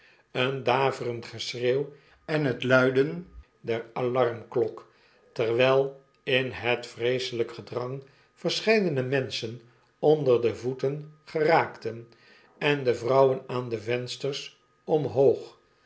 een daverend geschreeuw en het luiden der alarmklok terwyl in het vreeselyk gedrang verscheidene menschen onder de voeten geraakten en de vrouwen aan de vensters omhoog